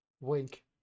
Wink